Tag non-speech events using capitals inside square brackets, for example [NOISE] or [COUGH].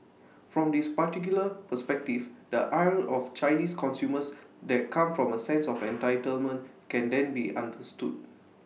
from this particular perspective the ire of Chinese consumers that come from A sense [NOISE] of entitlement can then be understood